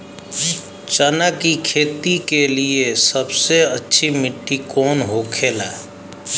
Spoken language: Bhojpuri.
चना की खेती के लिए सबसे अच्छी मिट्टी कौन होखे ला?